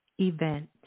event